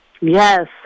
Yes